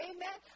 Amen